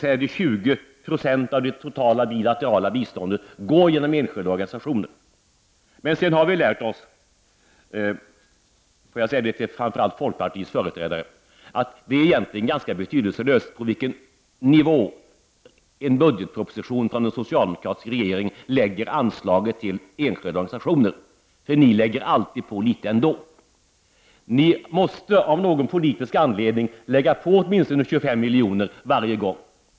Det är alltså 20 26 av det totala bilaterala biståndet som går genom enskilda organisationer. Men -— och nu riktar jag mig framför allt till folkpartiets företrädare — vi har ju lärt oss att det egentligen är ganska betydelselöst på vilken nivå en budgetproposition från en socialdemokratisk regering lägger anslaget till enskilda organisationer. Ni lägger alltid på litet. Ni måste, av någon politisk anledning, lägga på åtminstone 25 miljoner varje gång.